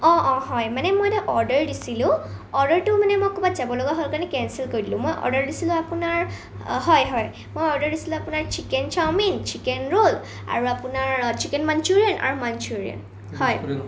অঁ অঁ হয় মানে মই এটা অৰ্ডাৰ দিছিলোঁ অৰ্ডাৰটো মানে মই কৰোবাত যাব লগা হ'ল কাৰণে কেনচেল কৰি দিলোঁ মই অৰ্ডাৰ দিছিলোঁ আপোনাৰ অঁ হয় হয় মই অৰ্ডাৰ দিছিলোঁ আপোনাৰ চিকেন চাউমিন চিকেন ৰ'ল আৰু আপোনাৰ চিকেন মনচোৰিয়ান আৰু মনচোৰিয়ান হয়